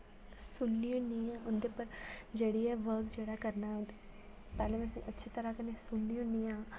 सुन्नी होन्नी आं उंदे उप्पर जेह्ड़ी ऐ वर्क जेह्ड़ा ऐ करना ओह् पेह्लै में उस्सी अच्छी तरह कन्नै सुन्नी होन्नी आं